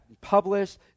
published